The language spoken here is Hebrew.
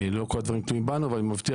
לא כל הדברים תלויים בנו אבל אני מבטיח